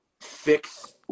fix